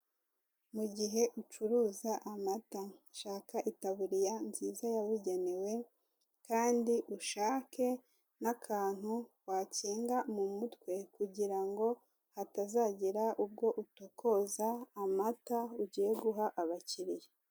Mu gihe ucuruza amata, shaka itaburiya nziza yabugenewe kandi ushake n'akantu wakinga mu mutwe, kugira ngo hatazagira ubwo utokoza amata ugiye guha abakiriya.